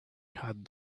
had